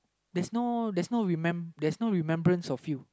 there's no there's no there's remembrance of you